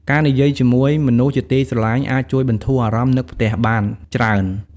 ការនិយាយជាមួយមនុស្សជាទីស្រឡាញ់អាចជួយបន្ធូរអារម្មណ៍នឹកផ្ទះបានច្រើន។